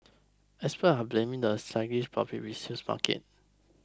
experts are blaming the sluggish public resales market